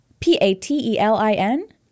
P-A-T-E-L-I-N